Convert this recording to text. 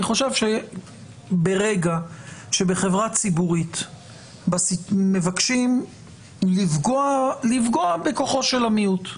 אני חושב שברגע שבחברה ציבורית מבקשים לפגוע בכוחו של המיעוט,